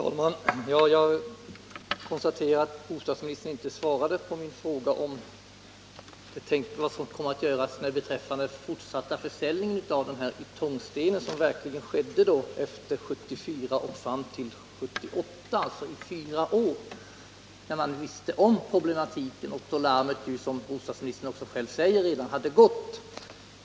Herr talman! Jag konstaterar att bostadsministern inte svarade på min fråga vad som kommer att göras då det gäller försäljningen av den här ytongstenen under perioden 1974-1978, alltså i fyra år, när man visste om problemen och då larmet, som bostadsministern själv säger, redan hade gått.